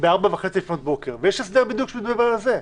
ב-04:30 לפנות בוקר ויש הסדר בדיוק שמדבר על זה.